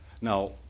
Now